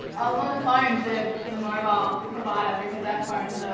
i was on the phone to the mobile provider, because our phones